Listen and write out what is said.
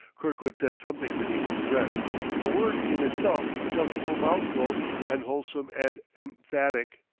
kirkwood said something beneath his breath a word in itself a comfortable mouthful and wholesome and emphatic.